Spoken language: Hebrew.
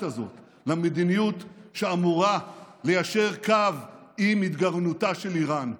הזאת למדיניות שאמורה ליישר קו עם התגרענותה של איראן.